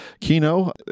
kino